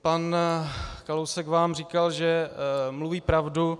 Pan Kalousek vám říkal, že mluví pravdu.